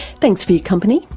thanks for your company,